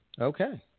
Okay